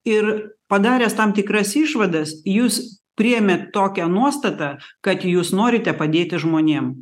ir padaręs tam tikras išvadas jūs priėmėt tokią nuostatą kad jūs norite padėti žmonėm